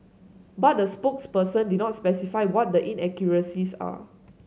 but the spokesperson did not specify what the inaccuracies are